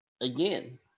Again